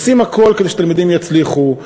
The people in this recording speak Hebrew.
עושים הכול כדי שתלמידים יצליחו.